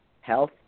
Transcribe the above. health